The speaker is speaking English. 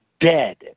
dead